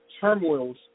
turmoils